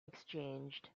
exchanged